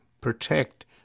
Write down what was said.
protect